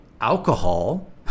alcohol